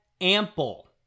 ample